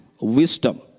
wisdom